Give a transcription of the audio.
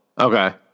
Okay